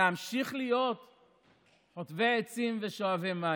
להמשיך להיות חוטבי עצים ושואבי מים,